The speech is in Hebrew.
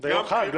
זה יום חג.